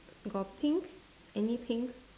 got pink any pink